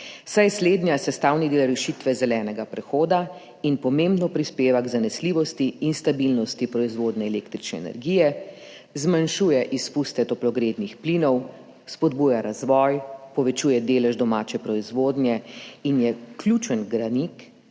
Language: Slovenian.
je slednje sestavni del rešitve zelenega prehoda in pomembno prispeva k zanesljivosti in stabilnosti proizvodnje električne energije, zmanjšuje izpuste toplogrednih plinov, spodbuja razvoj, povečuje delež domače proizvodnje in je ključen gradnik